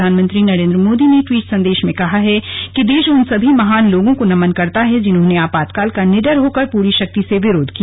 प्रधानमंत्री नरेन्द्र मोदी ने ट्वीट संदेश में कहा है कि देश उन सभी महान लोगों को नमन करता है जिन्होंने आपातकाल का निडर होकर पूरी शक्ति से विरोध किया